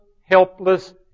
helpless